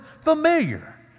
familiar